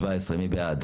מי בעד